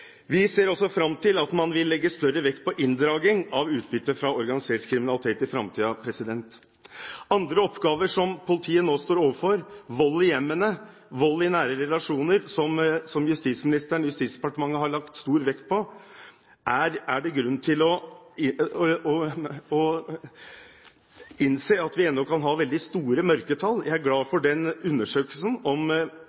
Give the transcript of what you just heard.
utbytte fra organisert kriminalitet. Når det gjelder andre oppgaver som politiet nå står overfor – vold i hjemmene og vold i nære relasjoner – som justisministeren og Justisdepartementet har lagt stor vekt på, er det grunn til å innse at vi ennå kan ha veldig store mørketall. Jeg er glad